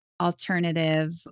alternative